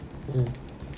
mm